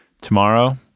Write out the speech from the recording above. Tomorrow